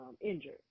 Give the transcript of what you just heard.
injured